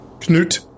Knut